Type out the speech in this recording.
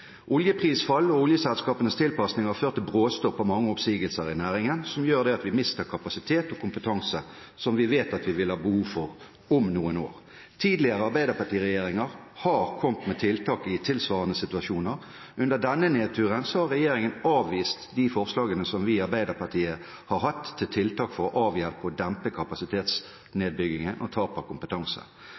Oljeprisfall og oljeselskapenes tilpasning har ført til bråstopp og mange oppsigelser i næringen som gjør at vi mister kapasitet og kompetanse som vi vet at vi vil ha behov for om noen år. Tidligere arbeiderpartiregjeringer har kommet med tiltak i tilsvarende situasjoner. Under denne nedturen har regjeringen avvist de forslagene som vi i Arbeiderpartiet har hatt til tiltak for å avhjelpe og dempe kapasitetsnedbyggingen og tapet av kompetanse.